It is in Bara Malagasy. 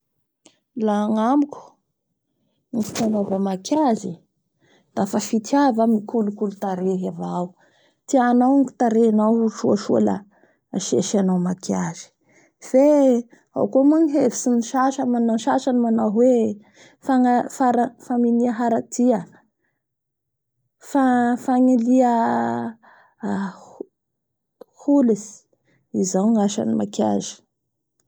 La agnamiko ny fanaova maquillage dafa fitiava mikolokolo tarehy avao. Tianao ny tarehinao ho soasoa la asiasianao maquillage. Fe ao koa moa ny hevitsy ny sasany manao-ny sasany manao hoe fana-faminia haratia faminia holatsy izao ny asan'ny maquillage.